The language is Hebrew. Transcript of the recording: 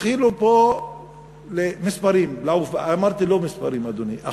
התחילו פה לעוף מספרים.